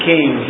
King